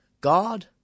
God